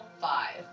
five